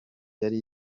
yari